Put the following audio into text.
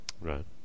Right